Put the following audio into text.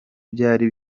byari